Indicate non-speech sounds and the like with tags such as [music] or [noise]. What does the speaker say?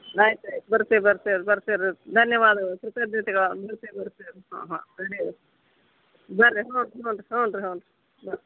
ಆಯ್ತಾಯ್ತು ಬರ್ತೀವಿ ಬರ್ತೀವಿ ಬರ್ತೀವಿ ರೀ ಧನ್ಯವಾದಗಳು ಕೃತಜ್ಞತೆಗಳು [unintelligible] ಬರ್ತೇವೆ ಹಾಂ ಹಾಂ [unintelligible] ಬನ್ರಿ ಹ್ಞೂ ಹ್ಞೂ ರೀ ಹ್ಞೂ ರೀ ಬನ್ರಿ